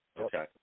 Okay